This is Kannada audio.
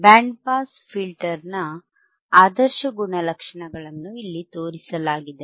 ಬ್ಯಾಂಡ್ ಪಾಸ್ ಫಿಲ್ಟರ್ನ ಆದರ್ಶ ಗುಣಲಕ್ಷಣಗಳನ್ನು ಇಲ್ಲಿ ತೋರಿಸಲಾಗಿದೆ